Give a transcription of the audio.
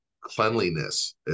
cleanliness